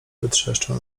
wytrzeszczył